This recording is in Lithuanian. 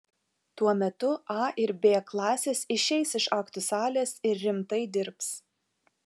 tuo metu a ir b klasės išeis iš aktų salės ir rimtai dirbs